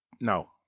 No